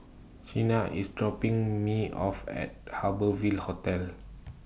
Chynna IS dropping Me off At Harbour Ville Hotel